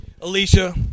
Alicia